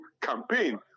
campaign